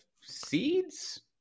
seeds